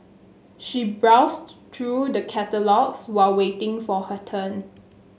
she browsed through the catalogues while waiting for her turn